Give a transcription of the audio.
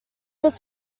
was